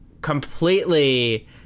completely